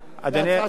הצעה שלו?